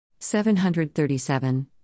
737